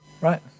Right